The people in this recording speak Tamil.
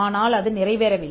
ஆனால் அது நிறைவேறவில்லை